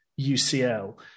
UCL